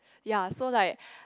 ya so like